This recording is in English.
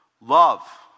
love